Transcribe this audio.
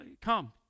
come